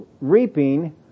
reaping